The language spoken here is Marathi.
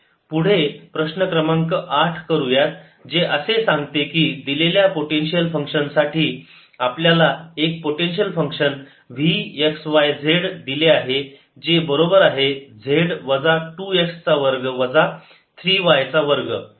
पुढे प्रश्न क्रमांक 8 करूयात जे असे सांगते की दिलेल्या पोटेन्शियल फंक्शन साठी आपल्याला एक potential function V x y z दिले आहे जे बरोबर आहे z वजा 2 x चा वर्ग वजा 3 y चा वर्ग